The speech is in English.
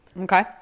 Okay